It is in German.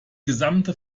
gesamte